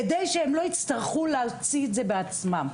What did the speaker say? כדי שהם לא יצטרכו להוציא את זה בעצמם.